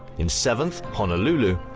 in seventh honolulu,